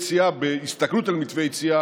בהסתכלות על מתווה יציאה